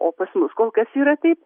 o pas mus kol kas yra taip